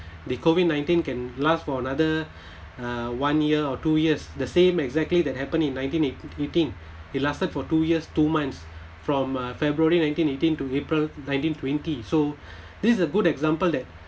the COVID nineteen can last for another uh one year or two years the same exactly that happened in nineteen eighteen it lasted for two years two months from uh february nineteen eighteen to april nineteen twenty so this is a good example that